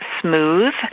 smooth